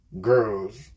Girls